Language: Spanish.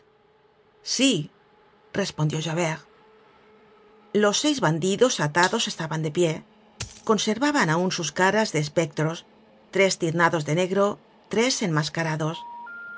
si respondió javert los seis bandidos atados estaban de pie conservaban aun sus caras de espectros tres tiznados de negro tres enmascarados